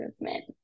movement